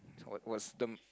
what was term